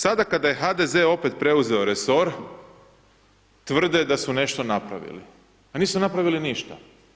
Sada kada je HDZ opet preuzeo resor, tvrde da su nešto napravili, a nisu napravili ništa.